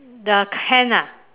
the hand ah